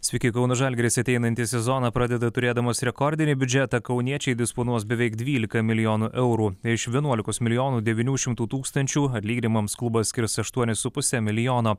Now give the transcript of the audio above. sveiki kauno žalgiris ateinantį sezoną pradeda turėdamas rekordinį biudžetą kauniečiai disponuos beveik dvylika milijonų eurų iš vienuolikos milijonų devynių šimtų tūkstančių atlyginimams klubas skirs aštuonis su puse milijono